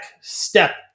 step